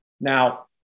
Now